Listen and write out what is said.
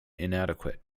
inadequate